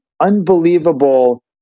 unbelievable